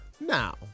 Now